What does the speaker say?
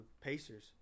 Pacers